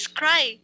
cry